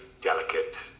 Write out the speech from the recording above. delicate